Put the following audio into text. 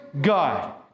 God